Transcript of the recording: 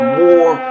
more